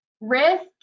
risk